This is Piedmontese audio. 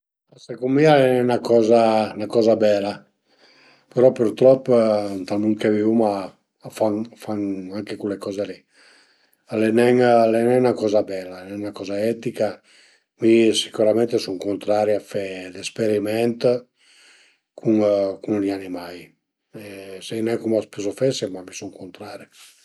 Secund mi al e nen 'na coza 'na coza bela perl pürtrop ënt ën mund che vivuma a fan a fan anche cule coze li, al e nen al e nen 'na coza bela, al e nen 'na coza etica, mi sicürament sun cuntrari a fe i esperiment cun cun i animai e sai nen cume a s'pösa fese, ma mi sun cuntrari